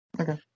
Okay